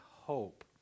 hope